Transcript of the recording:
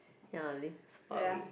ya lives far away